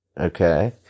okay